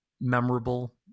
memorable